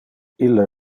ille